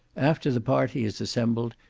after the party is assembled,